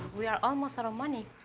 we are almost out of money.